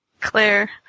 Claire